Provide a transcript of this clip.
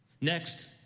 Next